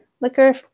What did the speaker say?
liquor